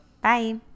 Bye